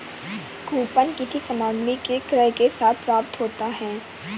coupon किसी सामग्री के क्रय के साथ प्राप्त होता है